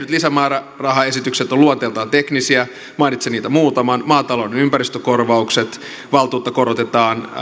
lisämäärärahaesitykset ovat luonteeltaan teknisiä mainitsen niitä muutaman maatalouden ympäristökorvaukset valtuutta korotetaan